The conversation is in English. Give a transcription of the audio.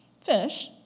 fish